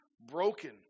broken